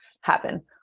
happen